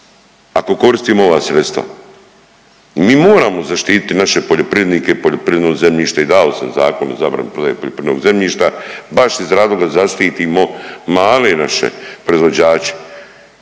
ako koristimo ova sredstva. Mi moramo zaštiti naše poljoprivrednike i poljoprivredno zemljište i dao sam zakon o zabrani prodaje poljoprivrednog zemljišta baš iz razloga da zaštitimo male naše proizvođače.